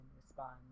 respond